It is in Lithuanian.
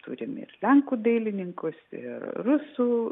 turime ir lenkų dailininkus ir rusų